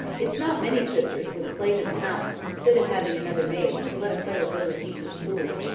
it's not many sisters would slave in the house, instead of having another maid, to let a fellow go to a decent school.